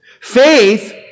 Faith